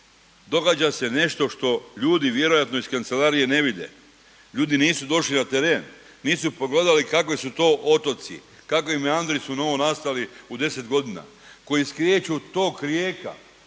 Događa se nešto što ljudi vjerojatno iz kancelarije ne vide, ljudi nisu došli na teren, nisu pogledali kakve su to otoci, kakvi meandri su novonastali u 10 godina koji skreću tok rijeka,